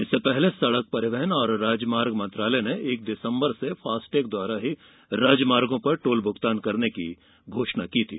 इससे पहले सेड़क परिवहन और राजमार्ग मंत्रालय ने एक दिसम्बर से फास्टैग द्वारा ही राजमार्गो पर टोल भुगतान करने की घोषणा की थी